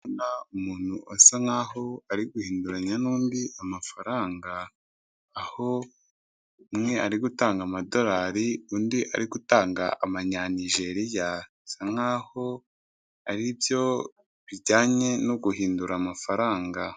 Umuntu asa nkaho ari guhinduranya n'undi amafaranga, aho umwe ari gutanga amadolari undi ari gutanga abanyanigeriya. asa nkaho aribyo bijyanye no guhindura amafaranga.